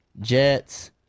Jets